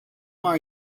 are